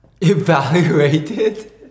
Evaluated